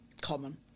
common